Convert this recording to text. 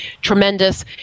tremendous